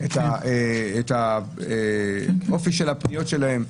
את אופי הפניות שלהם,